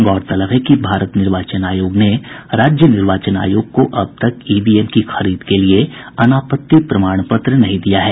गौरतलब है कि भारत निर्वाचन आयोग ने राज्य निर्वाचन आयोग को अब तक ईवीएम की खरीद के लिए अनापत्ति प्रमाण पत्र नहीं दिया है